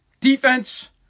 defense